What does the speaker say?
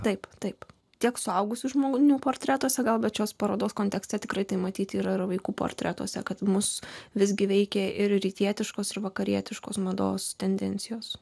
taip taip tiek suaugusių žmonių portretuose kalba šios parodos kontekste tikrai tai matyt yra vaikų portretuose kad mus visgi veikė ir rytietiškos ir vakarietiškos mados tendencijos